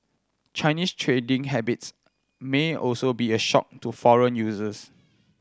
Chinese trading habits may also be a shock to foreign users